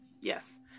Yes